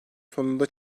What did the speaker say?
sonunda